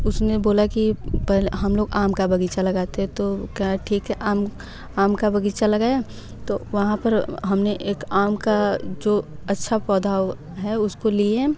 उसने बोला कि पहले हम लोग आम का बग़ीचा लगाते हैं तो कहा ठीक है आम आम का बग़ीचा लगाया तो वहाँ पर हम ने एक आम का जो अच्छा पौधा है उसको लिए